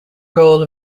goal